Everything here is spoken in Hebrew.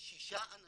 שהרופאים